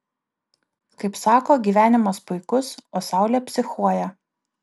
kaip sako gyvenimas puikus o saulė psichuoja